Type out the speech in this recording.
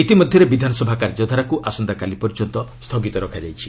ଇତିମଧ୍ୟରେ ବିଧାନସଭା କାର୍ଯ୍ୟଧାରାକୁ ଆସନ୍ତାକାଲି ପର୍ଯ୍ୟନ୍ତ ସ୍ଥଗିତ ରଖାଯାଇଛି